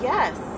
Yes